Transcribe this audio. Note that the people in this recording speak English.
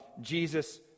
Jesus